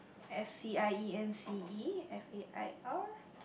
S_C_I_E_N_C_E F_A_I_R